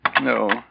No